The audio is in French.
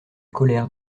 colère